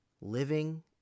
living